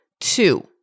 two